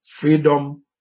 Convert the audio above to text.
freedom